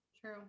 true